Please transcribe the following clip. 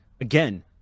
again